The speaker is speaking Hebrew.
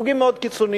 חוגים מאוד קיצוניים,